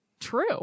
true